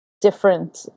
different